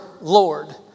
Lord